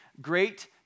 great